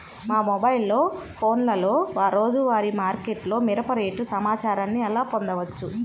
మా మొబైల్ ఫోన్లలో రోజువారీ మార్కెట్లో మిరప రేటు సమాచారాన్ని ఎలా పొందవచ్చు?